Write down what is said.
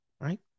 Right